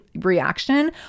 reaction